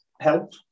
help